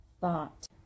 thought